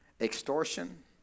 extortion